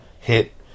hit